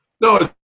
No